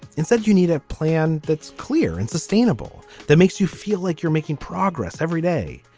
instead you need a plan that's clear and sustainable that makes you feel like you're making progress every day.